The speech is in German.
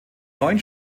neun